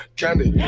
candy